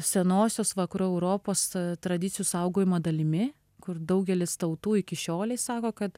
senosios vakarų europos tradicijų saugojimo dalimi kur daugelis tautų iki šiolei sako kad